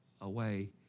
away